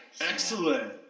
Excellent